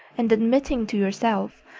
and admitting to yourself,